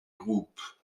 groupes